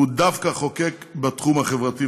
והוא דווקא חוקק בתחום החברתי,